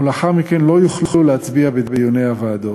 ולאחר מכן לא יוכלו להצביע בדיוני הוועדות.